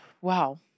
wow